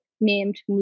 named